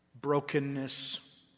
brokenness